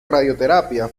radioterapia